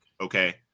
Okay